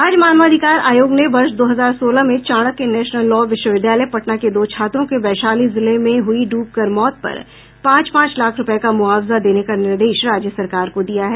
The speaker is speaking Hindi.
राज्य मानवाधिकार आयोग ने वर्ष दो हजार सोलह में चाणक्य नेशनल लॉ विश्वविद्यालय पटना के दो छात्रों के वैशाली जिले में हुई डूब कर मौत पर पांच पांच लाख रूपये का मुआवजा देने का निर्देश राज्य सरकार को दिया है